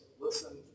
listen